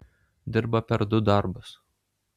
dirba per du darbus